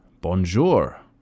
Bonjour